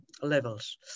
levels